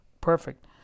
perfect